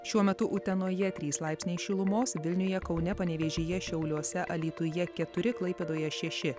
šiuo metu utenoje trys laipsniai šilumos vilniuje kaune panevėžyje šiauliuose alytuje keturi klaipėdoje šeši